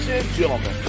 Gentlemen